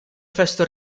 festa